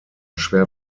schwer